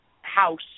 house